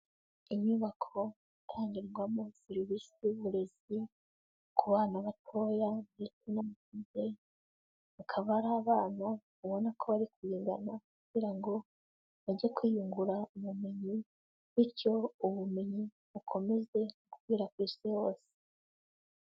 Inyubako itangirwamo serivisi y'uburezi ku bana batoya ndetse n'abakuze, bakaba ari abana ubona ko bari kugendana kugira ngo bajye kwiyungura ubumenyi, bityo ubumenyi bukomeze gukwira ku isi hose.